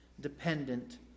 dependent